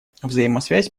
взаимосвязь